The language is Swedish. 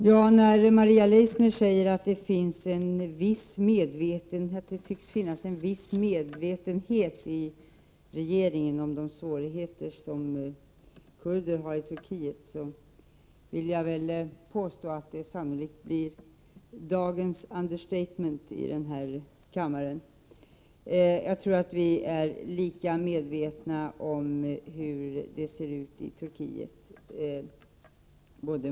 Herr talman! Maria Leissner säger att det tycks finnas en viss medvetenhet hos regeringen om de turkiska kurdernas svårigheter. Jag vill påstå att det sannolikt blir dagens understatement här i kammaren. Jag tror att Maria Leissner och jag är lika medvetna om förhållandena i Turkiet.